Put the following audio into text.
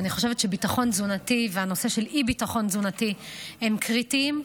אני חושבת שביטחון תזונתי והנושא של אי-ביטחון תזונתי הם קריטיים.